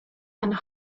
and